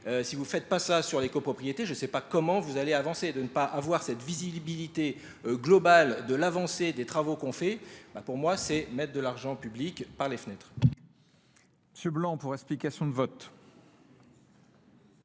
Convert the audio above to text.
Si vous ne faites pas ça sur les copropriétés, je ne sais pas comment vous allez avancer. De ne pas avoir cette visibilité globale de l'avancée des travaux qu'on fait, pour moi, c'est mettre de l'argent public par les fenêtres.